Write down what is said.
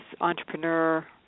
entrepreneur